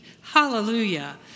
Hallelujah